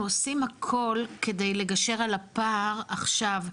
אנחנו עושים הכל כדי לגשר על הפער עכשיו,